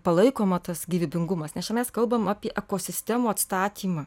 palaikoma tas gyvybingumas nes čia mes kalbam apie ekosistemų atstatymą